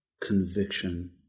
conviction